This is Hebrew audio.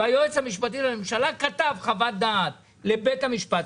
והיועץ המשפטי לממשלה כתב חוות דעת לבית המשפט.